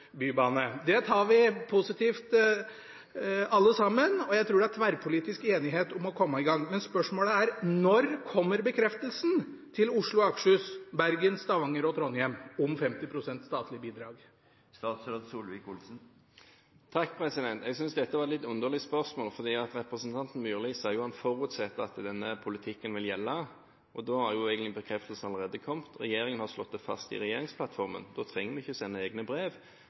bybane. Det tar vi alle sammen som positivt. Jeg tror det er tverrpolitisk enighet om å komme i gang. Men spørsmålet er: Når kommer bekreftelsen til Oslo og Akershus, Bergen, Stavanger og Trondheim om 50 pst. statlig bidrag? Jeg synes dette var et litt underlig spørsmål, for representanten Myrli sier jo at han forutsetter at denne politikken vil gjelde. Da har jo egentlig bekreftelsen allerede kommet. Regjeringen har slått det fast i regjeringsplattformen. Da trenger vi ikke sende egne brev.